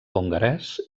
hongarès